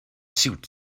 suit